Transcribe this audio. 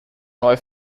neu